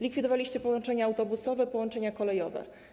Likwidowaliście połączenia autobusowe, połączenia kolejowe.